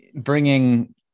bringing